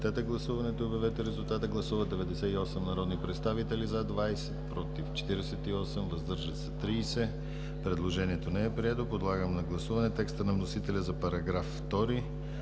Предложението не е прието. Подлагам на гласуване текста на вносителя за § 2,